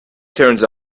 turns